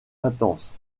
intense